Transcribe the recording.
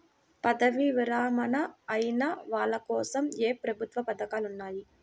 పదవీ విరమణ అయిన వాళ్లకోసం ఏ ప్రభుత్వ పథకాలు ఉన్నాయి?